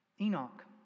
Enoch